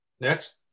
Next